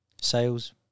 Sales